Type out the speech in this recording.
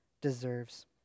deserves